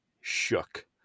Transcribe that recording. shook